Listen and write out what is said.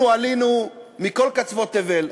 אנחנו עלינו מכל קצוות תבל,